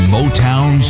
Motown